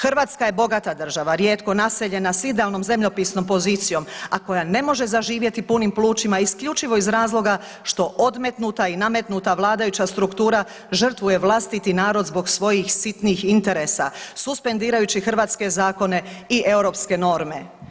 Hrvatska je bogata država, rijetko naseljena s idealnom zemljopisnom pozicijom, a koja ne može zaživjeti punim plućima isključivo iz razloga što odmetnuta i nametnuta vladajuća struktura žrtvuje vlastiti narod zbog svojih sitnih interesa suspendirajući hrvatske zakone i europske norme.